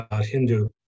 Hindu